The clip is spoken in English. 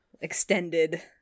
extended